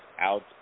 out